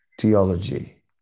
theology